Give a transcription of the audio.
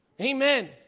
Amen